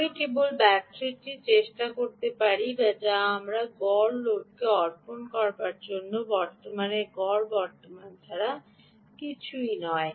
আমি কেবলমাত্র ব্যাটারিটি চেষ্টা করতে পারি যা আমার গড় লোডকে অর্পণ করা বর্তমানের গড় বর্তমান ছাড়া কিছুই নয়